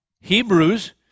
Hebrews